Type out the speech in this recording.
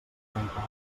tancar